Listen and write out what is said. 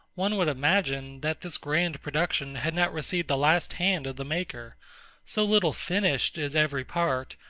one would imagine, that this grand production had not received the last hand of the maker so little finished is every part,